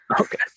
Okay